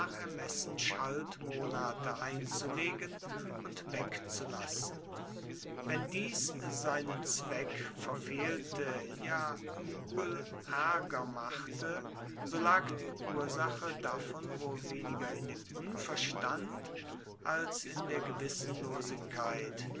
ermessen schaltmonate einzulegen und wegzulassen wenn dies seinen zweck verfehlte ja uebel aerger machte so lag die ursache davon wohl weniger in dem unverstand als in der